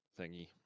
thingy